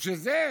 בשביל זה?